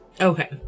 Okay